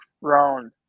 round